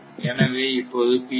எனவே இப்போது ஆக மாறும்